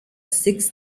six